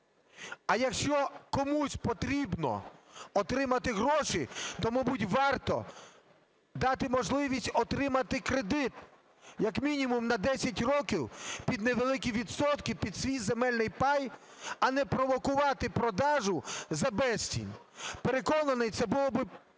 А якщо комусь потрібно отримати гроші, то, мабуть варто дати можливість отримати кредит як мінімум на 10 років під невеликі відсотки під свій земельний пай, а не провокувати продажу за безцінь. Переконаний, це було би